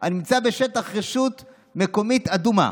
הנמצא בשטח רשות מקומית אדומה,